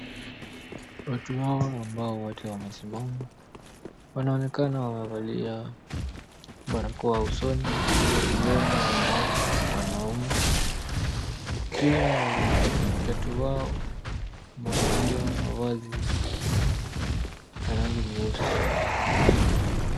Watu hawa ambao wote wamesimama wanaonekana wamevalia barakoa usoni wakiwemo wanawake na wanaume. Pia watatu wao wamevalia mavazi ya rangi nyeusi.